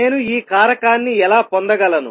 నేను ఈ కారకాన్ని ఎలా పొందగలను